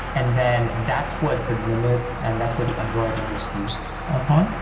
and then that's what the limit and that's what the underwriting was used upon.